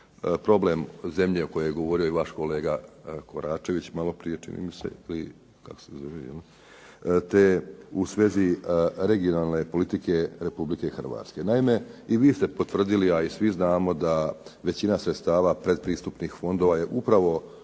problem zemlje o kojoj je govorio i vaš kolega Koračević maloprije čini mi se, te u svezi regionalne politike Republike Hrvatske. Naime i vi ste potvrdili, a i svi znamo da većina sredstava predpristupnih fondova je upravo